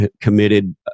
committed